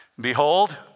Behold